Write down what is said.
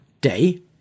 day